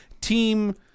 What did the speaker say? Team